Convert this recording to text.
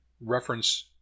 reference